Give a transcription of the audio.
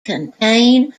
contain